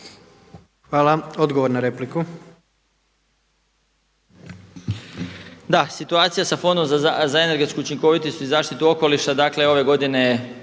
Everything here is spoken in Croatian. Hvala. Odgovor na repliku.